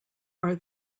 are